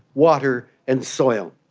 water, and soil.